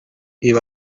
ibi